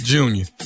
Junior